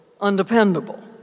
undependable